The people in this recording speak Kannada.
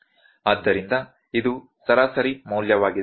ಆದ್ದರಿಂದ ಇದು ಸರಾಸರಿ ಮೌಲ್ಯವಾಗಿದೆ